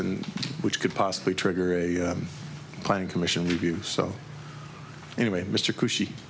and which could possibly trigger a planning commission review so anyway mr khush